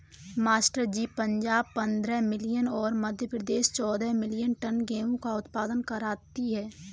master ji Punjab पंद्रह million और मध्य प्रदेश चौदह मिलीयन टन गेहूं का उत्पादन करती है